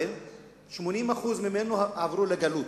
80% ממנו עברו לגלות.